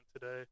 today